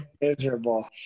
miserable